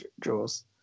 Jaws